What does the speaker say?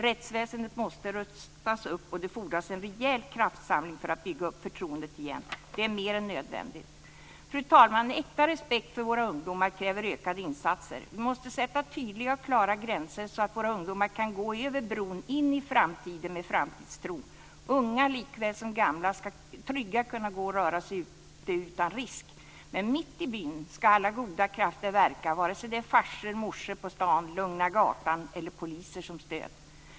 Rättsväsendet måste rustas upp, och det fordras en rejäl kraftsamling för att bygga upp förtroendet igen. Det är mer än nödvändigt. Fru talman! Äkta respekt för våra ungdomar kräver ökade insatser. Vi måste sätta tydliga och klara gränser så att våra ungdomar kan gå över bron och in i framtiden med framtidstro. Unga likväl som gamla ska trygga kunna röra sig ute utan risk. Men mitt i byn ska alla goda krafter verka, oavsett om det är Farsor eller Morsor på stan, Lugna gatan eller poliser som stöd.